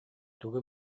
тугу